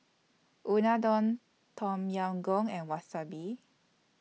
Unadon Tom Yam Goong and Wasabi